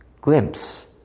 glimpse